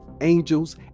angels